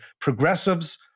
progressives